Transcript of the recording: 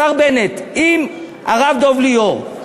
השר בנט, אם הרב דב ליאור,